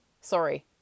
sorry